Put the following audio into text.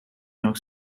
york